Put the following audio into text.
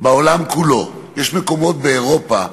בעולם כולו, יש מקומות באירופה,